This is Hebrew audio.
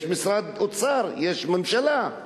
יש משרד אוצר, יש ממשלה.